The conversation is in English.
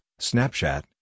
Snapchat